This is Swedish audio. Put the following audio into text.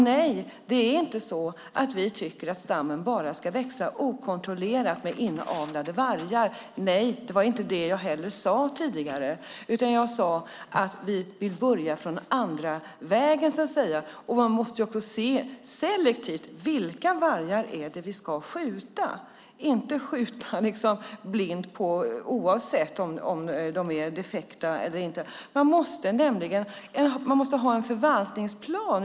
Nej, det är inte så att vi tycker att stammen ska växa okontrollerat med inavlade vargar. Det sade jag inte heller tidigare, utan jag sade att vi vill börja så att säga från den andra vägen. Man måste också se selektivt på detta. Vilka vargar är det som ska skjutas? Man kan inte bara skjuta blint oavsett om de är defekta eller inte. Man måste ha en förvaltningsplan.